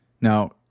Now